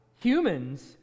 humans